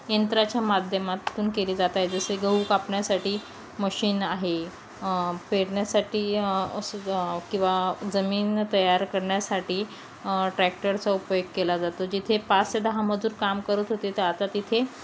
यंत्राच्या माध्यमातून केली जाताय जसे गहू कापण्यासाठी मशीन आहे फेडण्यासाठी किंवा जमीन तयार करण्यासाठी ट्रॅक्टरचा उपयोग केला जातो जिथे पाच ते दहा मजूर काम करत होते तर आता तिथे